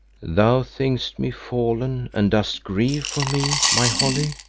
thou thinkest me fallen and dost grieve for me, my holly,